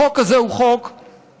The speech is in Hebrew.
החוק הזה הוא חוק טוב.